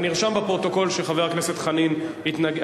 נרשם בפרוטוקול שחבר הכנסת חנין התנגד.